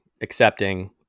accepting